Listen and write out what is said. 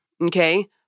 okay